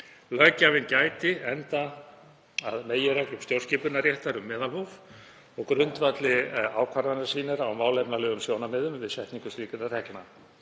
Löggjafinn gæti enda að meginreglum stjórnskipunarréttar um meðalhóf og grundvalli ákvarðanir sínar á málefnalegum sjónarmiðum við setningu slíkra reglna.